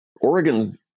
Oregon